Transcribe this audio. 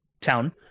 town